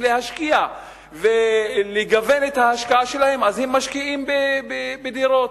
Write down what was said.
להשקיע ולגוון את ההשקעה שלהם והם משקיעים בדירות.